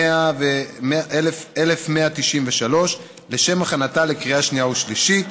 2018, מ/1193, לשם הכנתה לקריאה שנייה ושלישית.